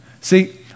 see